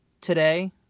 today